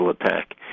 attack